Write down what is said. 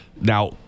Now